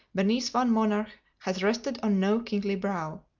beneath one monarch, has rested on no kingly brow.